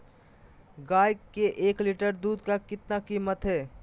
गाय के एक लीटर दूध का कीमत कितना है?